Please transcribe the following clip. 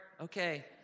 okay